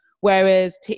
whereas